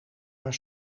haar